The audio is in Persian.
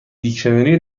دیکشنری